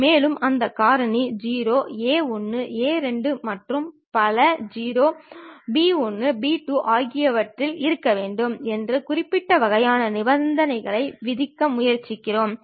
மேலும் அந்த காரணி 0 a 1 a 2 மற்றும் பல 0 b 1 b 2 ஆகியவற்றில் இருக்க வேண்டும் என்று குறிப்பிட்ட வகையான நிபந்தனைகளை விதிக்க முயற்சிக்கிறோம்